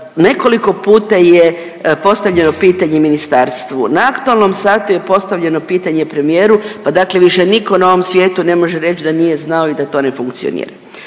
Nekoliko puta je postavljeno pitanje ministarstvu, na aktualnom satu je postavljeno pitanje premijeru, pa dakle više niko na ovom svijetu ne može reć da nije znao i da to ne funkcionira.